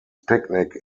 picnic